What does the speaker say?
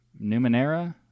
Numenera